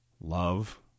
love